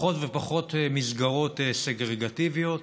פחות ופחות מסגרות סגרגטיביות,